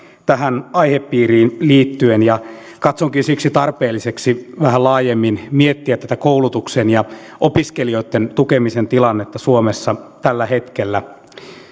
tähän aihepiiriin liittyen ja katsonkin siksi tarpeelliseksi vähän laajemmin miettiä tätä koulutuksen ja opiskelijoitten tukemisen tilannetta suomessa tällä hetkellä